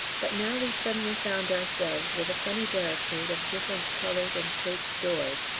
but now we suddenly found ourselves with a funny barricade of different coloured and shaped doors,